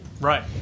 Right